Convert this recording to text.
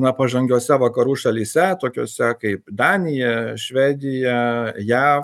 na pažangiose vakarų šalyse tokiose kaip danija švedija jav